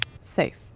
Safe